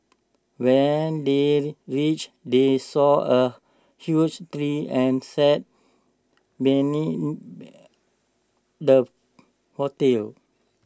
when they reached they saw A huge tree and sat the